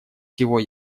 всего